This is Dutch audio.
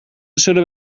zullen